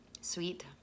sweet